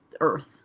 earth